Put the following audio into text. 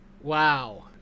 wow